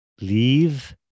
leave